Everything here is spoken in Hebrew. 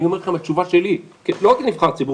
אני אומר לכם שהתשובה שלי לא רק כנבחר ציבור,